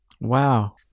Wow